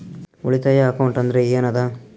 ಉಳಿತಾಯ ಅಕೌಂಟ್ ಅಂದ್ರೆ ಏನ್ ಅದ?